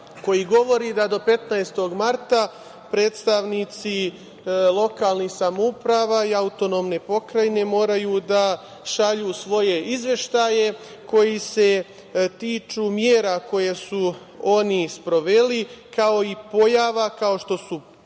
koji govori da do 15. marta predstavnici lokalnih samouprava i autonomne pokrajine moraju da šalju svoje izveštaje koji se tiču mera koje su oni sproveli, kao i pojava kao što su poplave,